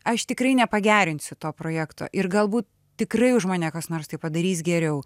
aš tikrai nepagerinsiu to projekto ir galbūt tikrai už mane kas nors tai padarys geriau